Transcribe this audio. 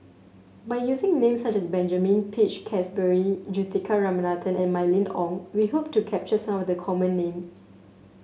by using names such as Benjamin Peach Keasberry Juthika Ramanathan and Mylene Ong we hope to capture some of the common names